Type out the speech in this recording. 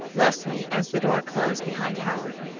leslie, as the door closed behind howard,